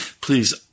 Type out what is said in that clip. Please